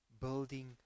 building